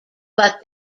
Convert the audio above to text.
but